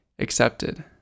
accepted